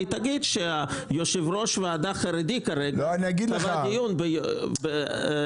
היא תגיד שיושב ראש ועדה חרדי קבע דיון ב-י"א ניסן.